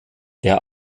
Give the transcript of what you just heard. der